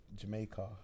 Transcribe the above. Jamaica